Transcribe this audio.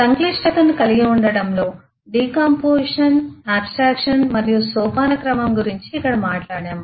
సంక్లిష్టతను కలిగి ఉండటంలో డికాంపొజిషన్ ఆబ్స్ట్రక్షన్ మరియు సోపానక్రమం గురించి ఇక్కడ మాట్లాడాము